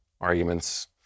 arguments